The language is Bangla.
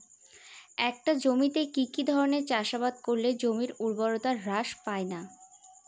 একটা জমিতে কি কি ধরনের চাষাবাদ করলে জমির উর্বরতা হ্রাস পায়না?